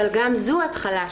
אבל גם זו התחלה של זה.